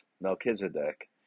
Melchizedek